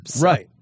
right